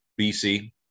BC